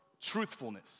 truthfulness